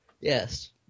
Yes